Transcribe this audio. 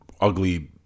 ugly